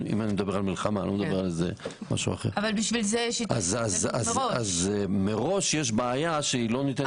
אם אני מדבר על מלחמה - כך שמראש יש בעיה שלא ניתנת לפתרון.